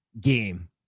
game